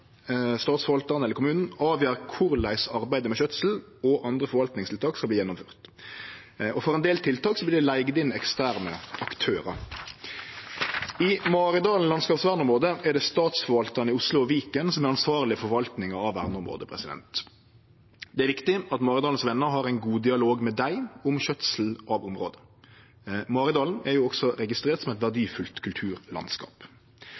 statsforvaltaren eller kommunen, avgjer korleis arbeidet med skjøtsel og andre forvaltningstiltak skal verte gjennomført. For ein del tiltak vert det leigd inn eksterne aktørar. I Maridalen landskapsvernområde er det Statsforvaltaren i Oslo og Viken som er ansvarleg for forvaltninga av verneområdet. Det er viktig at Maridalens Venner har ein god dialog med dei om skjøtsel av området. Maridalen er også registrert som eit